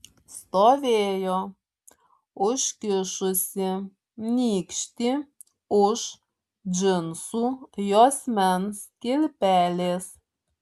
stovėjo užkišusi nykštį už džinsų juosmens kilpelės